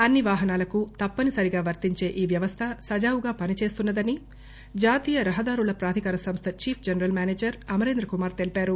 అన్సి వాహనాలకూ తప్పనిసరిగా వర్తించే ఈ వ్యవస్ద సజావుగా పనిచేస్తున్న దని జాతీయ రహదారుల ప్రాధికార సంస్ద chief general manager Amarendra Kumar తెలిపారు